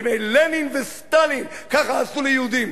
בימי לנין וסטלין ככה עשו ליהודים.